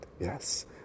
Yes